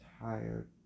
tired